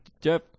Jeff